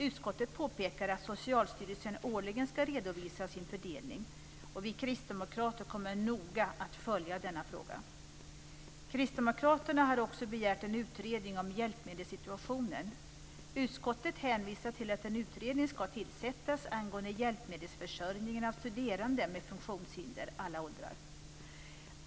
Utskottet påpekar att Socialstyrelsen årligen ska redovisa sin fördelning. Vi kristdemokrater kommer att noga följa denna fråga. Kristdemokraterna har också begärt en utredning om hjälpmedelssituationen. Utskottet hänvisar till att en utredning ska tillsättas angående hjälpmedelsförsörjningen för studerande med funktionshinder, i alla åldrar.